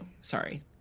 Sorry